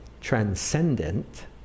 transcendent